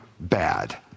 bad